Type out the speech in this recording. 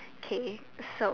K so